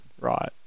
right